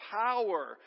power